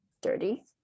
dirty